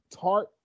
Tart